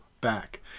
back